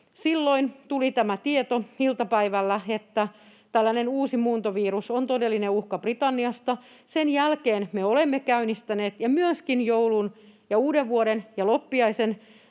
tuli tämä tieto iltapäivällä, että tällainen uusi muuntovirus on todellinen uhka Britanniasta, sen jälkeen me olemme käynnistäneet ja myöskin joulun ja uudenvuoden ja loppiaisen